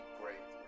great